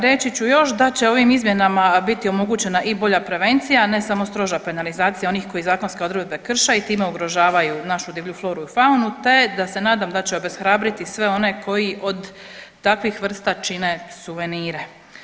Reći ću još da će ovim izmjenama biti omogućena i bolja prevencija, a ne samo stroža penalizacija onih koji zakonske odredbe krše i time ugrožavaju našu divlju floru i faunu, te da se nadam da će obeshrabriti sve one koji od takvih vrsta čine suvenire.